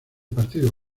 partido